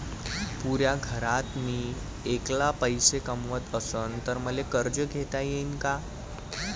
पुऱ्या घरात मी ऐकला पैसे कमवत असन तर मले कर्ज घेता येईन का?